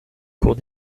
cours